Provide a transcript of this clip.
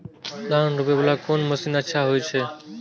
धान रोपे वाला कोन मशीन अच्छा होय छे?